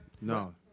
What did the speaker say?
no